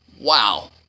Wow